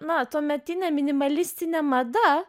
na tuometinė minimalistinė mada